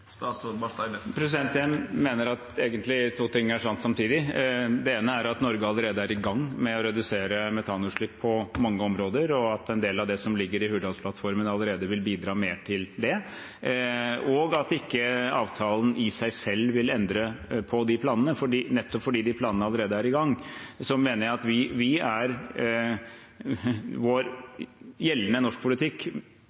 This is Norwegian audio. Jeg mener at to ting er sant samtidig. Det ene er at Norge allerede er i gang med å redusere metanutslipp på mange områder, og at en del av det som ligger i Hurdalsplattformen allerede, vil bidra mer til det. Det andre er at ikke avtalen i seg selv vil endre på de planene, nettopp fordi de planene allerede er i gang. Så mener jeg at